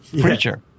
preacher